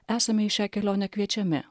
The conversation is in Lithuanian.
esame į šią kelionę kviečiami